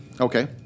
Okay